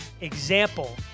example